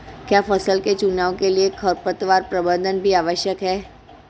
क्या फसल के चुनाव के लिए खरपतवार प्रबंधन भी आवश्यक है?